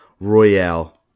Royale